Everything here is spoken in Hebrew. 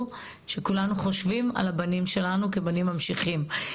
שכולנו חושבים על הבנים שלנו כבנים ממשיכים.